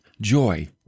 joy